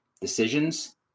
decisions